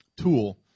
tool